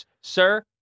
Sir